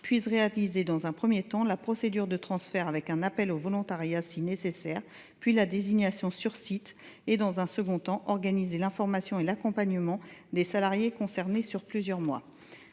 puissent, dans un premier temps, réaliser la procédure de transfert avec un appel au volontariat si nécessaire, puis la désignation sur site et, dans un second temps, organiser l’information et l’accompagnement des salariés concernés sur plusieurs mois.